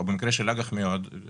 או במקרה של אג"ח מיועדות,